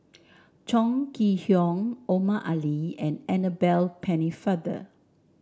Chong Kee Hiong Omar Ali and Annabel Pennefather